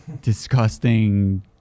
disgusting